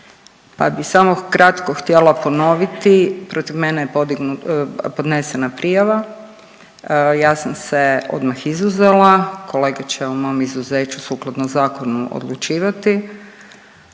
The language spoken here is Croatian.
pa bi samo kratko htjela ponoviti. Protiv mene je podnesena prijava, ja sam se odmah izuzela, kolege će o mom izuzeću sukladno zakonu odlučivati,